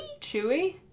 Chewy